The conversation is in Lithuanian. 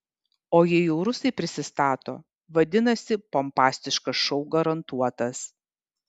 o jei jau rusai prisistato vadinasi pompastiškas šou garantuotas